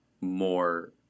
more